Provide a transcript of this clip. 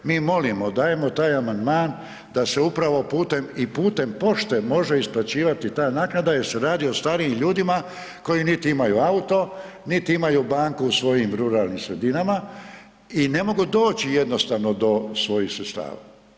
Mi molimo, dajemo taj amandman da se upravo i putem pošte može isplaćivati ta naknada jer se radi o starijim ljudima koji niti imaju auto niti imaju banku u svojim ruralnim sredinama i ne mogu doći jednostavno do svojih sredstava.